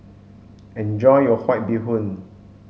enjoy your bee hoon